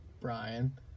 brian